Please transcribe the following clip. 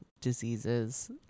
diseases